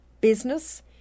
business